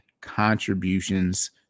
contributions